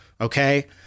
okay